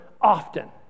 often